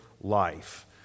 life